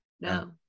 No